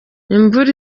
imvura